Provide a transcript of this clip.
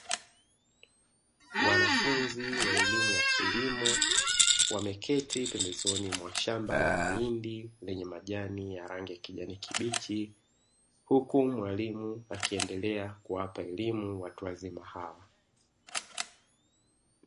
Wanafunzi wa elimu ya kilimo wameketi pembezoni mwa shamba la mahindi lenye majani ya rangi ya kijani kibichi, huku mwalimu akiendelea kuwapa elimu watu wazima hao.